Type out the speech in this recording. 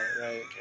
right